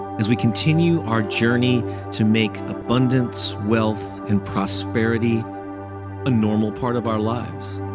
as we continue our journey to make abundance, wealth, and prosperity a normal part of our lives.